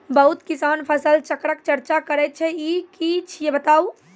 बहुत किसान फसल चक्रक चर्चा करै छै ई की छियै बताऊ?